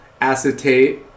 acetate